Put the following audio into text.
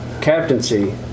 captaincy